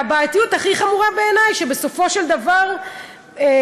והבעייתיות הכי חמורה בעיני היא שבסופו של דבר הנזק